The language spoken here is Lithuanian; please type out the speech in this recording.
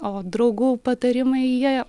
o draugų patarimai jie